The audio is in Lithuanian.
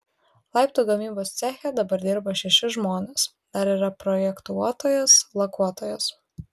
laiptų gamybos ceche dabar dirba šeši žmonės dar yra projektuotojas lakuotojas